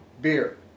beer